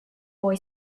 boy